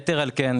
יתר על כן,